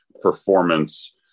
performance